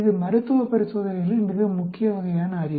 இது மருத்துவ பரிசோதனைகளில் மிக முக்கிய வகையான அறிவு